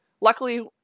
Luckily